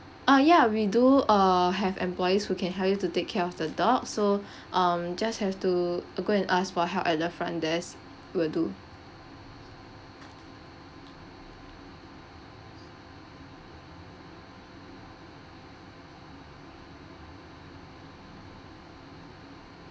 uh ya we do err have employees who can help you to take care of the dog so um just have to uh go and ask for help at the front desk will do